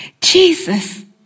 Jesus